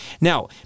Now